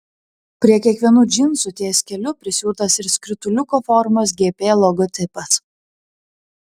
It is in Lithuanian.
prie kiekvienų džinsų ties keliu prisiūtas ir skrituliuko formos gp logotipas